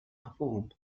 perform